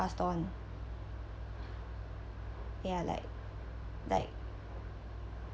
passed on ya like like